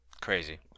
crazy